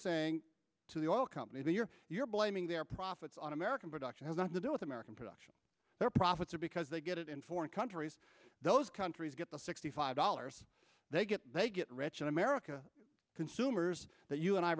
saying to the oil companies and you're you're blaming their profits on american production has nothing to do with american production their profits are because they get it in foreign countries those countries get the sixty five dollars they get they get rich in america consumers that you and i